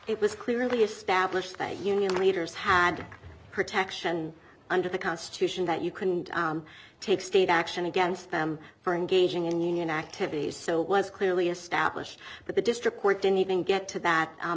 it was clearly established that union leaders had protection under the constitution that you can take state action against them for engaging in activities so it was clearly established that the district court didn't even get to that